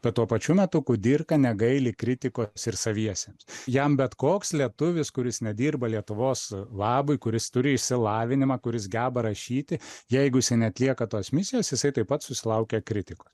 bet tuo pačiu metu kudirka negaili kritikos ir saviesiems jam bet koks lietuvis kuris nedirba lietuvos labui kuris turi išsilavinimą kuris geba rašyti jeigu jisai neatlieka tos misijos jisai taip pat susilaukia kritikos